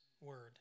word